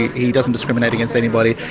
he doesn't discriminate against anybody.